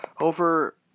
over